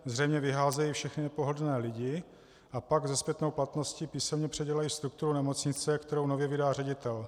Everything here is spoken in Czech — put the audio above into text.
Zřejmě vyházejí všechny nepohodlné lidi a pak se zpětnou platností písemně předělají strukturu nemocnice, kterou nově vydá ředitel.